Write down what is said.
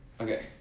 Okay